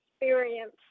experience